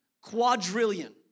quadrillion